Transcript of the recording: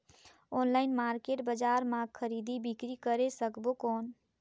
Online market बजार मां खरीदी बीकरी करे सकबो कौन?